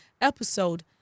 episode